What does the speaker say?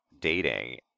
dating